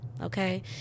Okay